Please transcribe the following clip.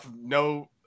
No